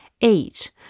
Eight